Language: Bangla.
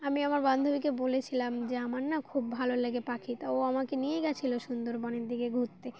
আমি আমার বান্ধবীকে বলেছিলাম যে আমার না খুব ভালো লেগে পাখি তা ও আমাকে নিয়ে গিয়েছিল সুন্দরবনের দিকে ঘুরতে